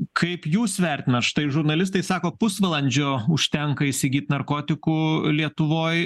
kaip jūs vertinat štai žurnalistai sako pusvalandžio užtenka įsigyt narkotikų lietuvoj